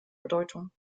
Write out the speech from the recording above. bedeutung